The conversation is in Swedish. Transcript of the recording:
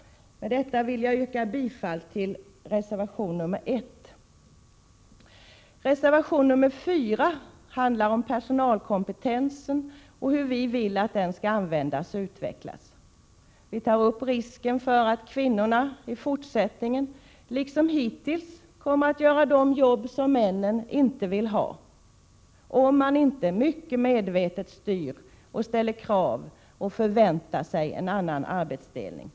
Med detta vill jag yrka bifall till reservation nr 1. Reservation nr 4 handlar om personalkompetensen och hur den bör användas och utvecklas. Där tas risken upp för att kvinnorna i fortsättningen, liksom hittills, kommer att göra de jobb som männen inte vill ha, om man inte mycket medvetet styr, ställer krav och förväntar sig en annan arbetsdelning.